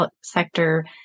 sector